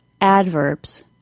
adverbs